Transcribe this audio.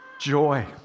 joy